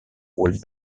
would